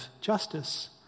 justice